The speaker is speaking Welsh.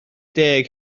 deg